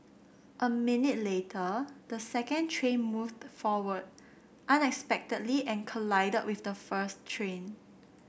a minute later the second train moved forward unexpectedly and collided with the first train